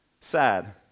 sad